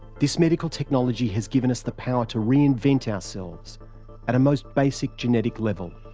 this medical technology has given us the power to reinvent ourselves at a most basic genetic level.